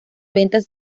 ventas